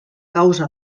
causa